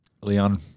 Leon